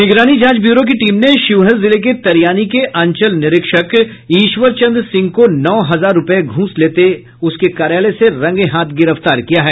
निगरानी जांच ब्यूरो की टीम ने शिवहर जिले के तरियानी के अंचल निरीक्षक ईश्वर चंद्र सिंह को नौ हजार रूपये घूस लेते हुए उसके कार्यालय से रंगे हाथ गिरफ्तार किया है